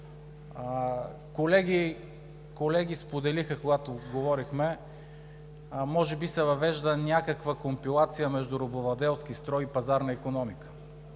Колеги споделиха, когато говорихме, че може би се въвежда някаква компилация между робовладелски строй и пазарна икономика,